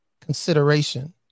consideration